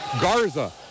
Garza